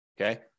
Okay